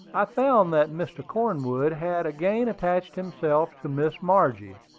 i found that mr. cornwood had again attached himself to miss margie,